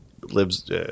lives